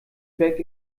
berg